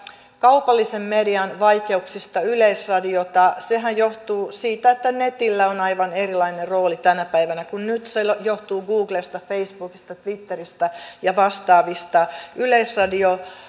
kaupallisen median vaikeuksista yleisradiota nehän johtuvat siitä että netillä on aivan erilainen rooli tänä päivänä se johtuu googlesta facebookista twitteristä ja vastaavista